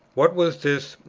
what was this,